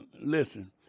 listen